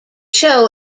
show